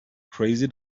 crazy